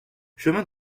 chemin